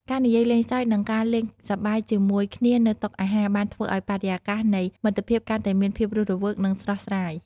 ការនិយាយលេងសើចនិងការលេងសប្បាយជាមួយគ្នានៅតុអាហារបានធ្វើឱ្យបរិយាកាសនៃមិត្តភាពកាន់តែមានភាពរស់រវើកនិងស្រស់ស្រាយ។